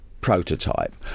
prototype